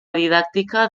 didàctica